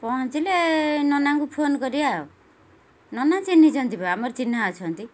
ପହଞ୍ଚିଲେ ନନାଙ୍କୁ ଫୋନ୍ କରିବା ଆଉ ନନା ଚିହ୍ନିଛନ୍ତି ବା ଆମର ଚିହ୍ନା ଅଛନ୍ତି